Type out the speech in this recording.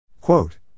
Quote